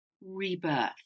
rebirth